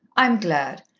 i'm glad.